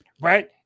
right